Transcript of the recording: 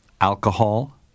alcohol